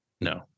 No